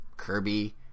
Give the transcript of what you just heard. kirby